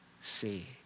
see